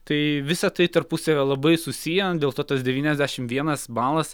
tai visa tai tarpusavyje labai susiję dėl to tas devyniasdešim vienas balas